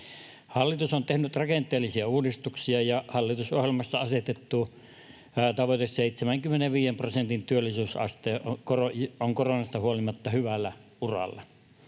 Hallitus on tehnyt rakenteellisia uudistuksia, ja hallitusohjelmassa asetettu tavoite, 75 prosentin työllisyysaste, on koronasta huolimatta hyvällä uralla.